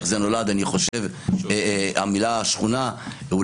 איך נולדה המילה שכונה.